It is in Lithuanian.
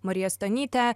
marija stonytė